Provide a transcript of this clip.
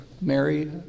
Mary